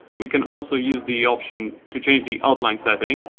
we can also use the option to change the outline settings,